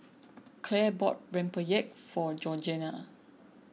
Clair bought Rempeyek for Georgiana